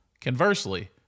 Conversely